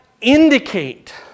indicate